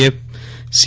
F C